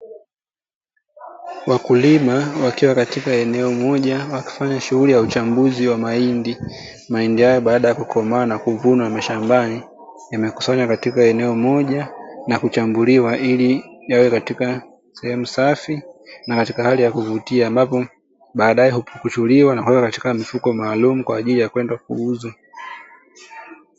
Wakulima wakiwa katika eneo moja wakifanya shughuli ya uchambuzi wa mahindi. Mahindi hayo baada ya kukomaa na kuvunwa mashambani yamekusanywa katika eneo moja na kuchambuliwa ili yawe katika sehemu safi na katika hali ya kuvutia, ambapo baadae hupukuchuliwa na kuwekwa katika mifuko maalumu kwa ajili ya kwenda kuuzwa.